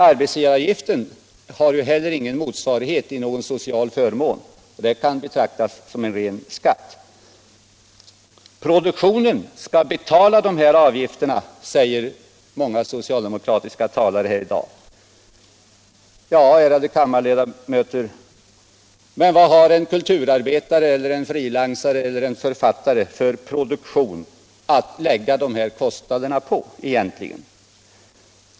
Arbetsgivaravgiften har ju inte heller någon motsvarighet i någon social förmån, utan den kan betraktas som en ren skatt. Produktionen skall betala dessa avgifter, har många socialdemokratiska talare här i dag sagt. Ja, ärade kammarledamöter, vad har egentligen en kulturarbetare, en frilans eller en författare för produktion att lägga dessa kostnader på?